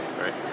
Right